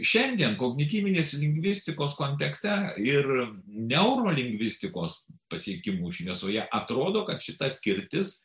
šiandien kognityvinės lingvistikos kontekste ir neurolingvistikos pasiekimų šviesoje atrodo kad šita skirtis